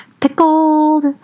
pickled